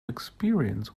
experience